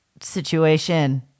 situation